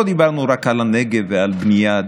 לא דיברנו רק על הנגב ועל הבנייה,